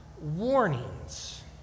warnings